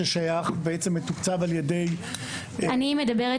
שזה בעצם מתוקצב ע"י --- אני מדברת